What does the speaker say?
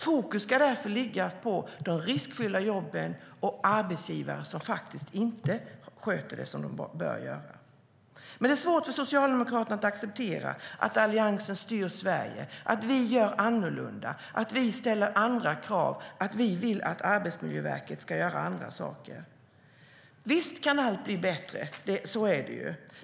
Fokus ska därför ligga på de riskfyllda jobben och på arbetsgivare som inte sköter det som de bör göra. Men det är svårt för Socialdemokraterna att acceptera att Alliansen styr Sverige, att vi gör annorlunda, att vi ställer andra krav och att vi vill att Arbetsmiljöverket ska göra andra saker. Visst kan allt bli bättre; så är det.